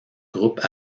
groupes